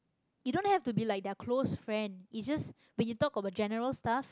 you don't have to be like their close friends is just when you talk about general stuff